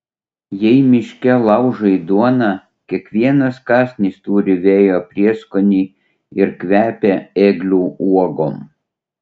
jei miške laužai duoną kiekvienas kąsnis turi vėjo prieskonį ir kvepia ėglių uogom